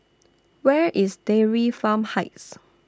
Where IS Dairy Farm Heights